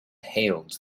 hailed